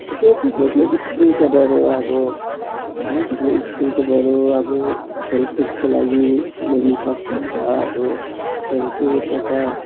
थुप्रै थुप्रैको स्कुलकोबाट अब थुप्रै थुप्रै स्कुलकोबाट अब खेलकुदको लागि ल्याउन सकिन्छ अब खेलकुद यता